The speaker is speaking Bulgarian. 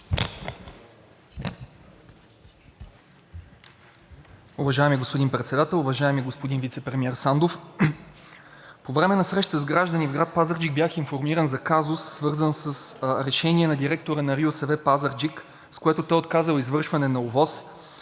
Уважаеми господин Председател, уважаеми вицепремиер Сандов! По време на среща с граждани в град Пазарджик бях информиран за казус, свързан с решение на директора на РИОСВ – Пазарджик, с което той е отказал извършване на ОВОС